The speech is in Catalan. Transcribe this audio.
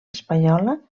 espanyola